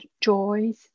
joys